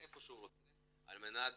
איפה שהוא רוצה, על מנת